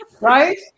right